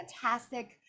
Fantastic